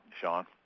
Sean